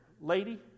Lady